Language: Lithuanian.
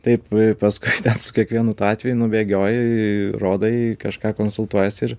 taip paskui ten su kiekvienu tuo atveju nu bėgioji rodai kažką konsultuojiesi ir